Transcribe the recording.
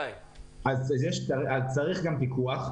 אז צריך גם פיקוח,